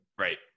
Right